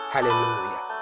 Hallelujah